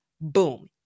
Boom